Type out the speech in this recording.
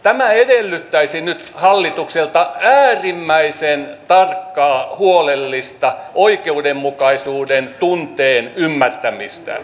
tämä edellyttäisi nyt hallitukselta äärimmäisen tarkkaa huolellista oikeudenmukaisuuden tunteen ymmärtämistä